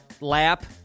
Lap